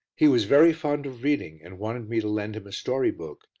he was very fond of reading and wanted me to lend him a story-book,